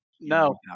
no